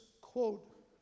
quote